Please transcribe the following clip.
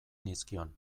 nizkion